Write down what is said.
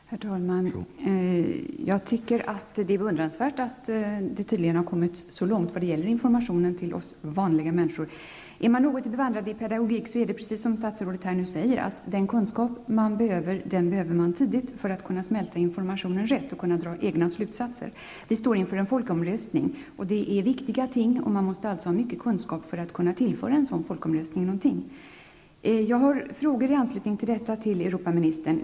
Herr talman! Jag tycker att det är beundransvärt att man har kommit så långt när det gäller informationen till oss vanliga människor. Är man något bevandrad i pedagogik är det precis som statsrådet nu säger, nämligen att den kunskap man behöver, den behöver man tidigt för att kunna smälta informationen rätt och för att kunna dra egna slutsatser. Vi står inför en folkomröstning, och detta handlar om viktiga ting, och man måste alltså ha mycket kunskaper för att kunna tillföra en sådan folkomröstning någonting. Europaministern.